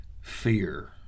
fear